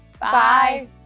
Bye